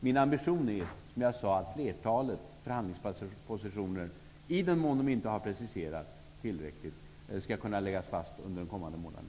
Min ambition är, som jag sade, att flertalet förhandlingspositioner i den mån de inte redan preciserats tillräckligt skall kunna läggas fast under den kommande månaden.